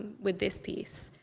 with this piece.